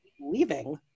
leaving